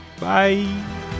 Bye